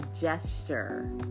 gesture